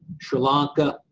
sri lanka,